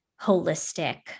holistic